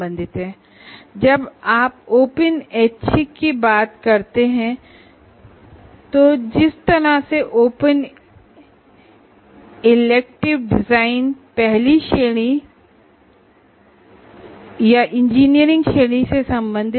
जब आप open elective की बात करते हैं तो यह कोर्स डिज़ाइनर की पसंद है कि ओपन इलेक्टिव डिज़ाइन पहली श्रेणी या इंजीनियरिंग श्रेणी से संबंधित हो